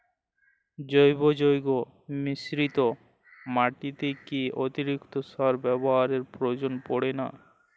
জৈব যৌগ মিশ্রিত মাটিতে কি অতিরিক্ত সার ব্যবহারের প্রয়োজন পড়ে না?